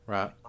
Right